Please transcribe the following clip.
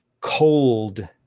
cold